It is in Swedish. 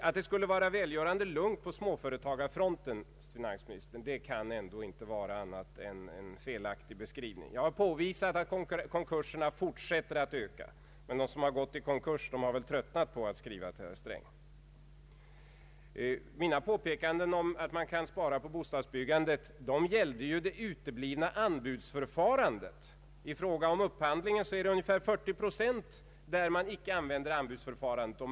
Att det skulle vara välgörande lugnt på småföretagarfronten kan inte vara annat än en felaktig beskrivning. Jag har påvisat att konkurserna fortsätter att öka. Men de som går i konkurs har väl tröttnat på att skriva till herr Sträng. Mina påpekanden om att man kan spara på bostadsbyggandet gällde det uteblivna anbudsförfarandet. Upphandlingen sker till ungefär 40 procent utan anbudsförfarande.